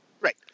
Right